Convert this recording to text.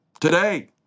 today